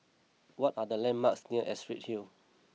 what are the landmarks near Astrid Hill